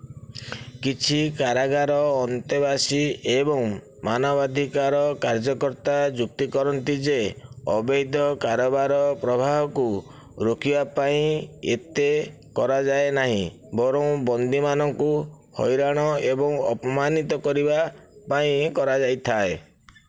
କିଛି କାରାଗାର ଅନ୍ତେବାସୀ ଏବଂ ମାନବାଧିକାର କାର୍ଯ୍ୟକର୍ତ୍ତା ଯୁକ୍ତି କରନ୍ତି ଯେ ଅବୈଧ କାରବାର ପ୍ରବାହକୁ ରୋକିବା ପାଇଁ ଏତେ କରାଯାଏ ନାହିଁ ବରଂ ବନ୍ଦୀମାନଙ୍କୁ ହଇରାଣ ଏବଂ ଅପମାନିତ କରିବା ପାଇଁ କରାଯାଇଥାଏ